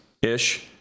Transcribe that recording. Ish